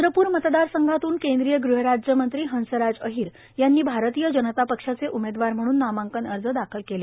चंद्रपूर मतदार संघातून केंद्रीय गृहराज्य मंत्री हंसराज अहिर यांनी भारतीय जनता पक्षाचे उमेदवार म्हणून नामांकन दाखल केले